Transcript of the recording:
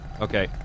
Okay